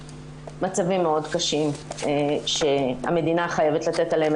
במצבים מאוד קשים שהמדינה חייבת לתת עליהם